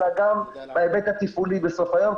אלא גם בהיבט התפעולי בסוף היום,